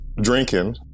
drinking